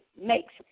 makes